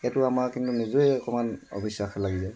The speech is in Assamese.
সেইটো আমাৰ কিন্তু নিজৰেই অকণমান অবিশ্বাস লাগি যায়